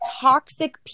toxic